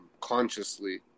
consciously